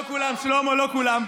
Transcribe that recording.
לא כולם, שלמה, לא כולם.